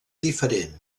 diferent